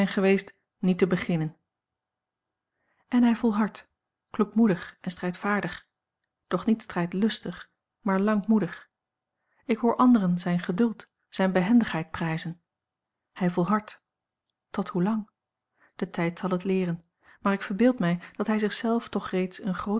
niet te beginnen en hij volhardt kloekmoedig en strijdvaardig doch niet strijdlustig maar lankmoedig ik hoor anderen zijn geduld zijne behendigheid prijzen hij volhardt tot hoelang de tijd zal het a l g bosboom-toussaint langs een omweg leeren maar ik verbeeld mij dat hij zich zelf toch reeds eene